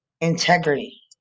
integrity